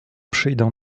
przyjdą